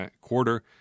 quarter